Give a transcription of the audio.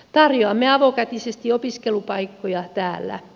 tarjoamme avokätisesti opiskelupaikkoja täällä